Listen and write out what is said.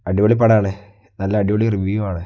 അടിപൊളി പടമാണ് നല്ല അടിപൊളി റിവ്യൂ ആണ്